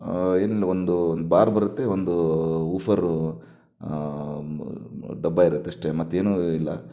ಏನಿಲ್ಲ ಒಂದು ಬಾರ್ ಬರತ್ತೆ ಒಂದು ವೂಫರ್ ಡಬ್ಬ ಇರತ್ತೆ ಅಷ್ಟೆ ಮತ್ತೇನೂ ಇಲ್ಲ